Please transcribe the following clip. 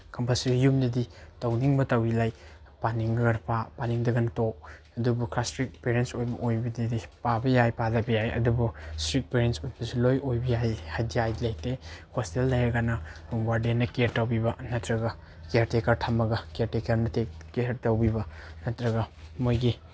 compulsory ꯌꯨꯝꯗꯗꯤ ꯇꯧꯅꯤꯡꯕ ꯇꯧꯋꯤ ꯂꯥꯏꯛ ꯄꯥꯅꯤꯡꯉꯒꯅ ꯄꯥ ꯄꯥꯅꯤꯡꯗ꯭ꯔꯒꯅ ꯇꯣꯛ ꯑꯗꯨꯕꯨ ꯈꯔ ꯏꯁꯇ꯭ꯔꯤꯛ ꯄꯦꯔꯦꯟꯁ ꯑꯣꯏꯕꯗꯗꯤ ꯄꯥꯕ ꯌꯥꯏ ꯄꯥꯗꯕ ꯌꯥꯏ ꯑꯗꯨꯕꯨ ꯏꯁꯇ꯭ꯔꯤꯛ ꯄꯦꯔꯦꯟꯁ ꯑꯣꯏꯕꯗꯨꯁꯨ ꯂꯣꯏ ꯑꯣꯏꯕ ꯌꯥꯏ ꯍꯥꯏꯖꯥꯏꯗꯤ ꯂꯩꯇꯦ ꯍꯣꯁꯇꯦꯜ ꯂꯩꯔꯒꯅ ꯋꯥꯔꯗꯦꯟꯅ ꯀꯤꯌꯔ ꯇꯧꯕꯤꯕ ꯅꯠꯇ꯭ꯔꯒ ꯀꯤꯌꯔ ꯇꯦꯀꯔ ꯊꯝꯃꯒ ꯀꯤꯌꯔ ꯇꯦꯀꯔꯅ ꯇꯦꯛ ꯀꯤꯌꯔ ꯇꯧꯕꯤꯕ ꯅꯠꯇ꯭ꯔꯒ ꯃꯣꯏꯒꯤ